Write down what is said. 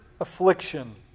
Affliction